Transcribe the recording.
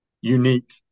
unique